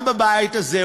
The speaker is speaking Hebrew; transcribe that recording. גם בבית הזה,